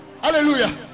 hallelujah